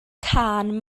cân